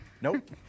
Nope